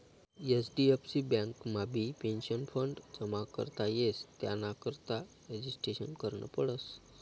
HDFC बँकमाबी pension fund जमा करता येस त्यानाकरता रजिस्ट्रेशन करनं पडस